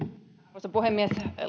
arvoisa puhemies